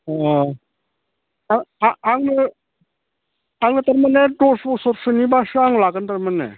अ आङो थारमाने दस बोसोरसोनिबासो आं लागोन थारमाने